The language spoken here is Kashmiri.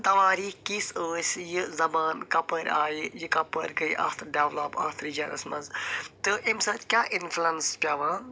توٲریخ کِژھ ٲس یہ زبان کپٲرۍ آیہِ یہِ کپٲرۍ گٔے اَتھ ڈیولپ اَتھ ریجنس منٛز تہٕ اَمہِ سۭتۍ کیٛاہ اِنفلنس پٮ۪وان